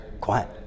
Quiet